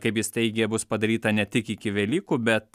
kaip jis teigė bus padaryta ne tik iki velykų bet